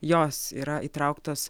jos yra įtrauktos